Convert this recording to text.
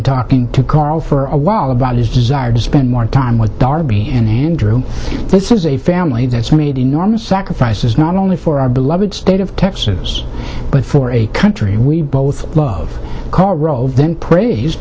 talking to coral for a while about his desire to spend more time with darby and andrew this is a family that's made enormous i says not only for our beloved state of texas but for a country we both love karl rove then praise